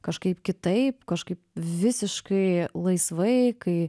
kažkaip kitaip kažkaip visiškai laisvai kai